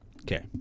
Okay